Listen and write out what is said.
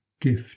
gift